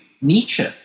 Nietzsche